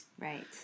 Right